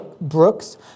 Brooks